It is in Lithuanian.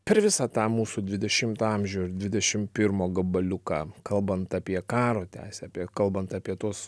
per visą tą mūsų dvidešimtą amžių ir dvidešim pirmo gabaliuką kalbant apie karo teisę apie kalbant apie tuos